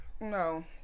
no